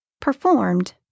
Performed